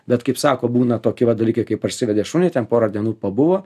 bet kaip sako būna toki va dalykai kaip parsivedė šunį ten porą dienų pabuvo